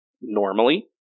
normally